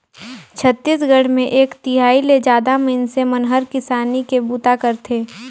छत्तीसगढ़ मे एक तिहाई ले जादा मइनसे मन हर किसानी के बूता करथे